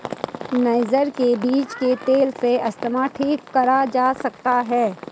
niger के बीज के तेल से अस्थमा ठीक करा जा सकता है